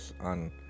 on